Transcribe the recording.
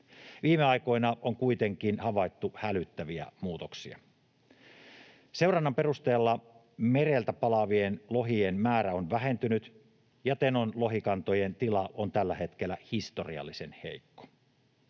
Viime aikoina on kuitenkin havaittu hälyttäviä muutoksia. Seurannan perusteella mereltä palaavien lohien määrä on vähentynyt, ja Tenon lohikantojen tila on tällä hetkellä historiallisen heikko.